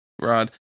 rod